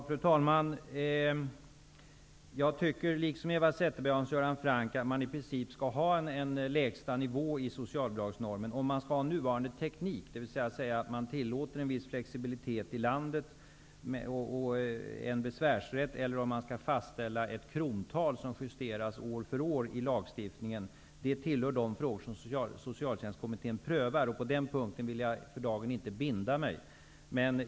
Fru talman! Jag tycker, liksom Eva Zetterberg och Hans Göran Franck, att det i princip skall finnas en lägsta nivå i socialbidragsnormen -- om nuvarande teknik skall användas. Socialtjänstkommittén prövar nu om en viss flexibilitet skall tillåtas i landet med besvärsrätt eller om ett krontal skall fastställas som justeras från år till år i lagstiftningen. På den punkten vill jag för dagen inte binda mig.